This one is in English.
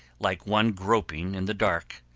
like one groping in the dark,